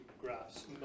graphs